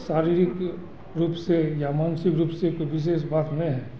शारीरिक रूप से या मानसिक रूप से कोई विशेष बात नहीं है